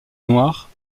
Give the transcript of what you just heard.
noire